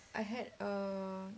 I had a